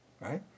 right